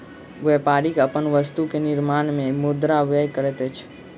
व्यापारी अपन वस्तु के निर्माण में मुद्रा व्यय करैत अछि